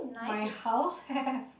my house have